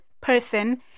person